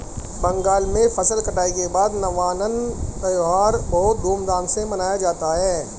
बंगाल में फसल कटाई के बाद नवान्न त्यौहार बहुत धूमधाम से मनाया जाता है